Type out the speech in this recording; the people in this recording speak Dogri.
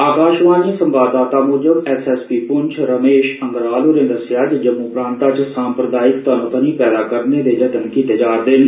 आकाशवाणी संवाददाता मूजब एसएसपी पुंछ रमेश अंगराल होरे दस्सेआ जे जम्मू प्रांता च साम्प्रदायिक तनोतनी पैदा करने दे जतन कीते जा रदे न